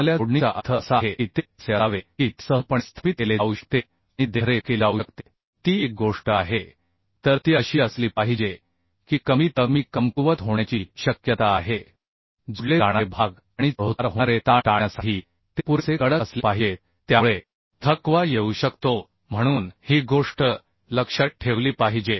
चांगल्या जोडणीचा अर्थ असा आहे की ते असे असावे की ते सहजपणे स्थापित केले जाऊ शकते आणि देखरेख केली जाऊ शकते ती एक गोष्ट आहे तर ती अशी असली पाहिजे की कमीतकमी कमकुवत होण्याची शक्यता आहे जोडले जाणारे भाग आणि चढउतार होणारे ताण टाळण्यासाठी ते पुरेसे कडक असले पाहिजेत त्यामुळे थकवा येऊ शकतो म्हणून ही गोष्ट लक्षात ठेवली पाहिजे